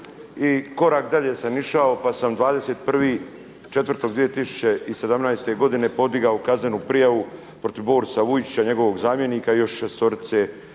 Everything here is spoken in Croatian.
korak dalje sam išao pa sam 21.4.2017. godine podigao kaznenu prijavu protiv Borisa Vujčića i njegovog zamjenika i još šestorice